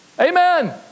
Amen